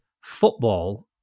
football